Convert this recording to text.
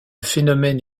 phénomène